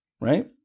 right